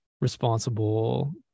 responsible